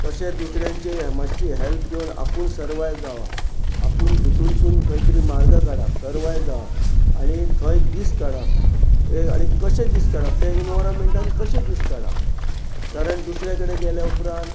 कशें दुसऱ्यांचे हे मातशी हेल्प घेवन आपूण सर्वाय जावप आपूण भितूनसून खंय तरी मार्ग काडप सर्वाय जावप आनी थंय दीस काडप हे आनी कशें दीस काडप ते इनवरमेंटान कशें दीस काडप कारण दुसरे कडेन गेल्या उपरांत